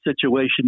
situation